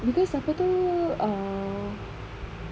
because apa tu uh